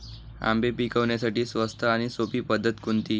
आंबे पिकवण्यासाठी स्वस्त आणि सोपी पद्धत कोणती?